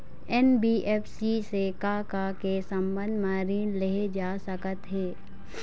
NBFC से का का के संबंध म ऋण लेहे जा सकत हे?